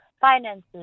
finances